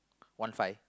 one five